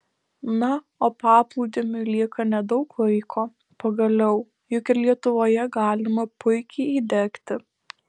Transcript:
na o paplūdimiui lieka nedaug laiko pagaliau juk ir lietuvoje galima puikiai įdegti